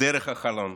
דרך החלון?